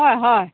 হয় হয়